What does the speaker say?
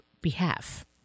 behalf